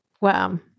Wow